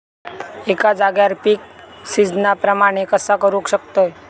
एका जाग्यार पीक सिजना प्रमाणे कसा करुक शकतय?